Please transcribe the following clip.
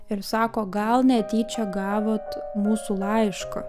ir sako gal netyčia gavot mūsų laišką